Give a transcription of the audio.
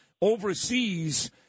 overseas